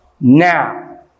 now